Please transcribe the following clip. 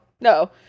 No